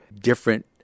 different